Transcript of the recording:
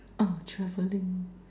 ah travelling